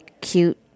cute